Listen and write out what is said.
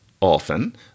often